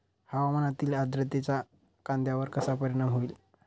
हवामानातील आर्द्रतेचा कांद्यावर कसा परिणाम होईल?